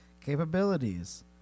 Capabilities